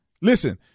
Listen